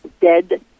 Dead